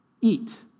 eat